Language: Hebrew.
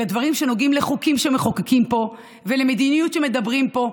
אלא דברים שנוגעים לחוקים שמחוקקים פה ולמדיניות שמדברים פה.